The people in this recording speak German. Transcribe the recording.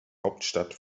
hauptstadt